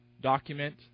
document